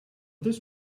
this